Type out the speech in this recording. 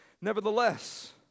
nevertheless